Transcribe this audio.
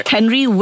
Henry